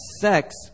sex